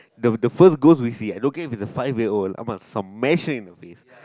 the the first ghost that we see I don't care if it's a five year old I must smash it in the face